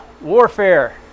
warfare